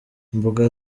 imbuga